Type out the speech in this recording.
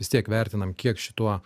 vis tiek vertinam kiek šituo